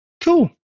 Cool